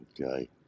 Okay